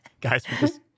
guys